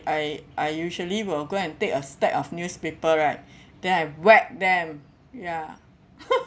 I I usually will go and take a stack of newspaper right then I whack them ya